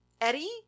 Eddie